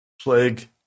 plague